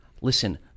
listen